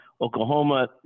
Oklahoma